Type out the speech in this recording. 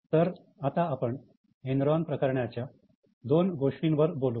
तर आता आपण एनरॉन प्रकरणाच्या दोन गोष्टींवर बोलू